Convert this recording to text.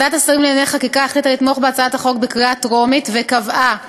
ועדת השרים לענייני חקיקה החליטה לתמוך בהצעת החוק בקריאה טרומית וקבעה